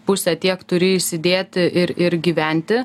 pusę tiek turi įsidėti ir ir gyventi